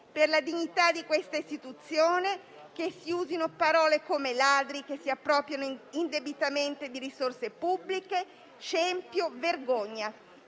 per la dignità di questa istituzione, che si usino parole come "ladri" che si appropriano indebitamente di risorse pubbliche, "scempio" o "vergogna".